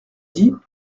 dit